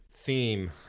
theme